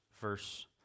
verse